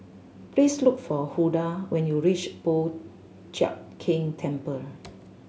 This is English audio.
please look for Hulda when you reach Po Chiak Keng Temple